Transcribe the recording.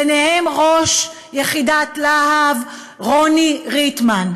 ביניהם ראש יחידת "להב" רוני ריטמן.